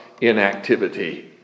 inactivity